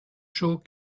chaud